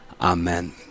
Amen